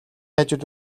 хажууд